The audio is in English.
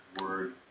word